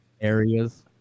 Areas